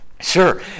Sure